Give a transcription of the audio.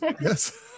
yes